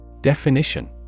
Definition